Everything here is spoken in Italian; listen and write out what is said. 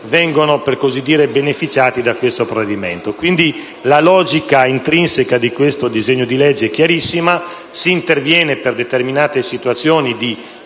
vengono, per così dire, beneficiati da questo provvedimento. Quindi, la logica intrinseca del disegno di legge è chiarissima: si interviene per determinate situazioni di